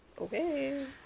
Okay